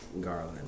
Garland